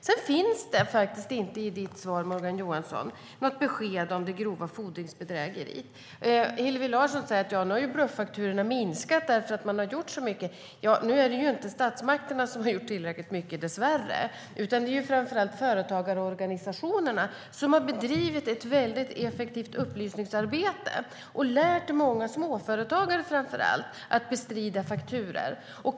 Sedan finns det faktiskt inte i Morgan Johanssons svar något besked om grova fordringsbedrägerier. Hillevi Larsson säger att bluffakturorna har minskat därför att man har gjort så mycket. Nu är det dessvärre inte statsmakterna som har gjort tillräckligt mycket, utan det är framför allt företagarorganisationerna som har bedrivit ett väldigt effektivt upplysningsarbete och lärt många småföretagare att bestrida fakturor.